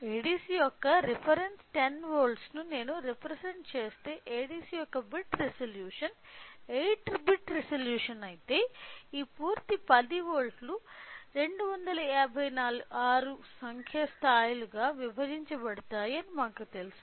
ADC యొక్క reference 10 వోల్ట్లు నేను రెప్రెసెంట్ చేస్తే ADC యొక్క బిట్ రిజల్యూషన్ 8 బిట్ రిజల్యూషన్ అయితే ఈ పూర్తి 10 వోల్ట్లు 256 సంఖ్య స్థాయిలుగా విభజించబడతాయని మనకు తెలుసు